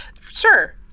Sure